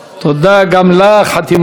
גם לך חתימה טובה.